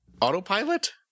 autopilot